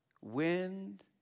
Wind